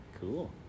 cool